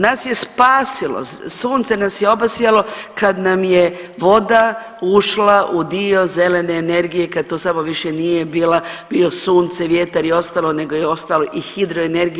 Nas je spasilo sunce nas je obasjalo kad nam je voda ušla u dio zelene energije, kad to samo više nije bila, bio sunce, vjetar i ostalo nego je ostalo i hidroenergija.